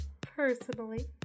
personally